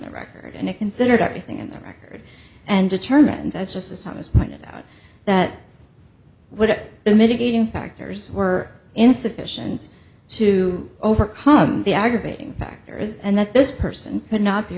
the record and they considered everything in the record and determined as just as how it was pointed out that would be mitigating factors were insufficient to overcome the aggravating factors and that this person could not be